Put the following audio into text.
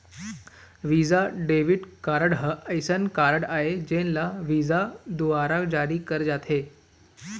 Visa debit card ह असइन card आय जेन ल विसा दुवारा जारी करे जाथे